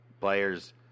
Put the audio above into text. players